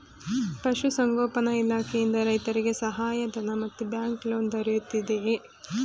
ಪಶು ಸಂಗೋಪನಾ ಇಲಾಖೆಯಿಂದ ರೈತರಿಗೆ ಸಹಾಯ ಧನ ಮತ್ತು ಬ್ಯಾಂಕ್ ಲೋನ್ ದೊರೆಯುತ್ತಿದೆಯೇ?